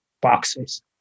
boxes